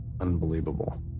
unbelievable